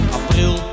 april